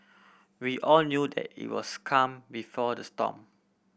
we all knew that it was calm before the storm